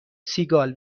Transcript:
سیگال